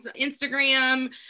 Instagram